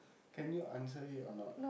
can you answer it or not